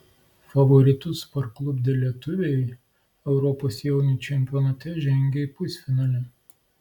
favoritus parklupdę lietuviai europos jaunių čempionate žengė į pusfinalį